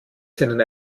seinen